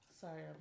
Sorry